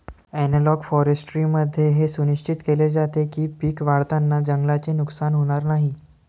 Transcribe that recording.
analogue फॉरेस्ट्रीमध्ये हे सुनिश्चित केले जाते की पिके वाढवताना जंगलाचे नुकसान होणार नाही